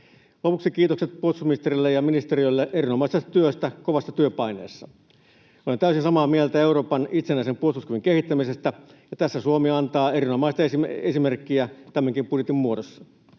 Lopuksi kiitokset puolustusministerille ja ‑ministeriölle erinomaisesta työstä kovassa työpaineessa. Olen täysin samaa mieltä Euroopan itsenäisen puolustuskyvyn kehittämisestä, ja tässä Suomi antaa erinomaista esimerkkiä tämänkin budjetin muodossa.